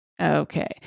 Okay